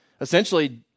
essentially